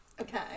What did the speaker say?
okay